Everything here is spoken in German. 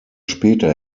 später